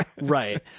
right